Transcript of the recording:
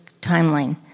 timeline